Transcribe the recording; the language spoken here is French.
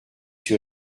sur